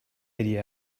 هدیه